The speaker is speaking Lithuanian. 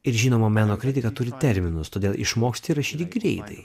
ir žinoma meno kritika turi terminus todėl išmoksti rašyti greitai